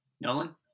Nolan